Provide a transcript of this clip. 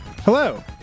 Hello